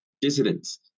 dissidents